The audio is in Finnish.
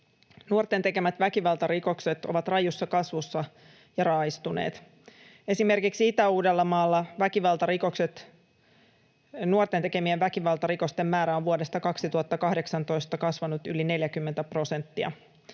Nuorten tekemät väkivaltarikokset ovat rajussa kasvussa ja raaistuneet. Esimerkiksi Itä-Uudellamaalla nuorten tekemien väkivaltarikosten määrä on vuodesta 2018 kasvanut yli 40 prosenttia.